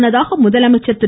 முன்னதாக முதலமைச்சர் திரு